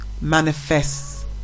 manifests